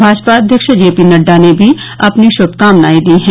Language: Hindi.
भाजपा अध्यक्ष जे पी नड्डा ने भी अपने श्भकामना दी हैं